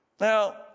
now